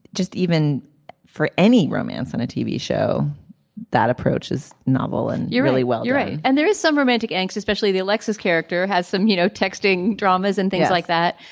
just even for any romance on a tv show that approach is novel and you're really well you're right and there is some romantic angst especially the alexis character has some you know texting dramas and things like that.